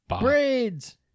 Braids